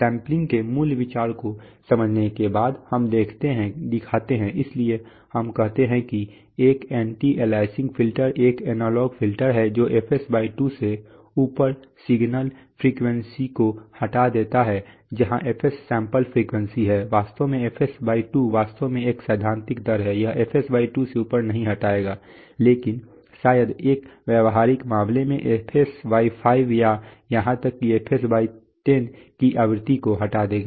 sampling के मूल विचार को समझने के बाद हम दिखाते हैं इसलिए हम कहते हैं कि एक एंटी अलियासिंग फ़िल्टर एक एनालॉग फ़िल्टर है जो fs2 से ऊपर सिग्नल फ़्रीक्वेंसी को हटा देता है जहाँ fs सैंपल फ़्रीक्वेंसी है वास्तव में fs2 वास्तव में एक सैद्धांतिक दर है यह fs2 से ऊपर नहीं हटाएगा लेकिन शायद एक व्यावहारिक मामले में fs5 या यहां तक कि fs10 की आवृत्ति को हटा देगा